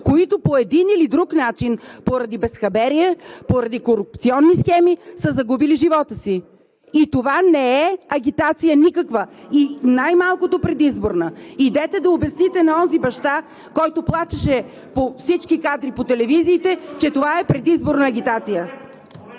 които по един или друг начин, поради безхаберие, поради корупционни схеми, са загубили живота си. И това не е никаква агитация – най малкото предизборна. Идете да обясните на онзи баща, който плачеше на всички кадри по телевизиите, че това е предизборна агитация!